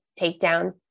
takedown